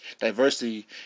Diversity